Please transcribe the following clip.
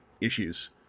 issues